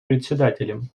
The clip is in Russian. председателем